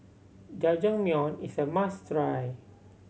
jajangmyeon is a must try